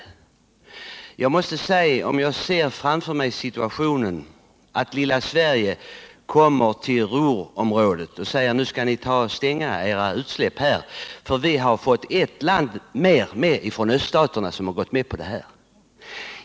Framför mig ser jag situationen att det lilla Sverige kommer till Ruhrområdet och säger: Nu skall ni stänga era utsläpp här, för vi har fått ytterligare ett land från öststaterna med på detta.